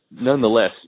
nonetheless